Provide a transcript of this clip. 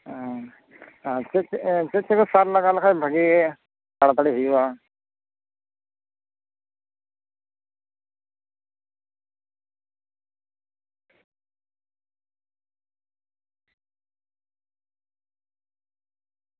ᱦᱮᱸ ᱪᱮᱫ ᱪᱮᱫ ᱥᱟᱨ ᱞᱟᱜᱟᱣ ᱞᱮᱠᱷᱟᱱ ᱵᱷᱟᱜᱮ ᱛᱟᱲᱟᱛᱟᱹᱲᱤ ᱦᱩᱭᱩᱜᱼᱟ